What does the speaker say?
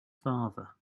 father